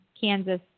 Kansas